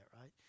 right